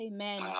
Amen